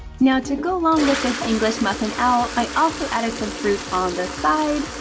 now to go along with this english muffin owl, i also added some fruit on the side,